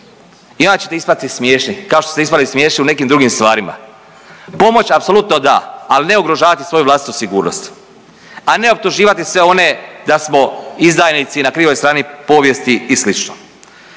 i onda ćete ispasti smiješni kao što ste ispali smiješni u nekim drugim stvarima. Pomoć apsolutno da, ali ne ugrožavati svoju vlastitu sigurnost, a ne optuživati sve one da smo izdajnici i na krivoj strani povijesti i